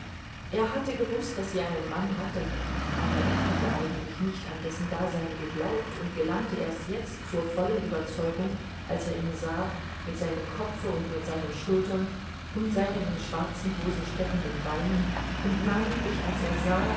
er hatte gewußt daß sie einen mann hatte aber er hatte eigentlich nicht an dessen dasein geglaubt und gelangte erst jetzt zur vollen überzeugung als er ihn sah mit seinem kopfe und mit seinen schultern und seinen in schwarzen hosen steckenden beinen und namentlich als er sah